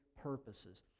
purposes